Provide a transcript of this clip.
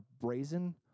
brazen